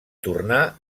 tornar